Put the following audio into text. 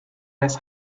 less